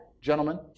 gentlemen